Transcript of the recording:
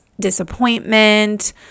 Disappointment